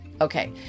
Okay